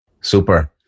Super